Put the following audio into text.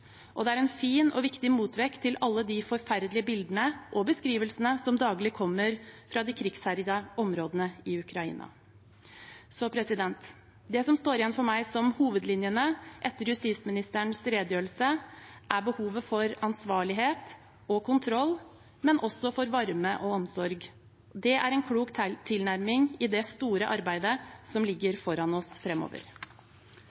Det er en fin og viktig motvekt til alle de forferdelige bildene og beskrivelsene som daglig kommer fra de krigsherjede områdene i Ukraina. Det som for meg står igjen som hovedlinjene etter justisministerens redegjørelse, er behovet for ansvarlighet og kontroll, og også for varme og omsorg. Det er en klok tilnærming i det store arbeidet som ligger